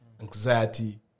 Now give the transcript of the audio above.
anxiety